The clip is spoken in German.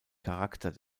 charakter